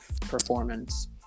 performance